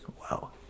Wow